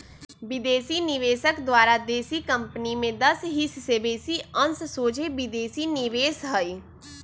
विदेशी निवेशक द्वारा देशी कंपनी में दस हिस् से बेशी अंश सोझे विदेशी निवेश हइ